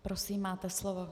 Prosím, máte slovo.